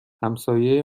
همسایه